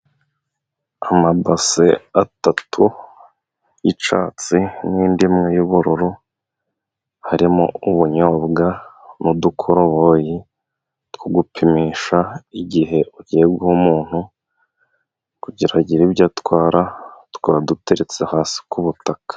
Amabase atatu y'icyatsi n'indi y'ubururu, harimo ubunyobwa nudukoroboyi two gupimisha igihe ugiye guha umuntu, kugira agire ibyo atwara twa duteretse hasi ku butaka.